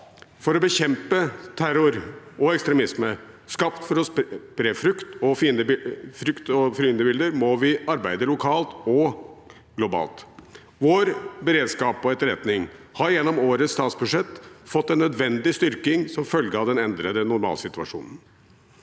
For å bekjempe terror og ekstremisme skapt for å spre frykt og fiendebilder må vi arbeide lokalt og globalt. Vår beredskap og etterretning har gjennom årets statsbudsjett fått en nødvendig styrking som følge av den endrede normalsituasjonen.